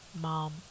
mom